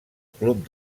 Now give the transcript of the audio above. club